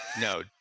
No